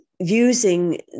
using